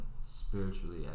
spiritually